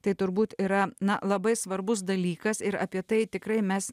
tai turbūt yra na labai svarbus dalykas ir apie tai tikrai mes